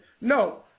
No